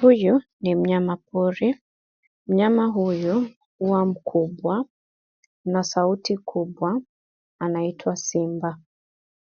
Huyu ni mnyama pori. Mnyama huyu huwa mkubwa na sauti kubwa anaitwa simba.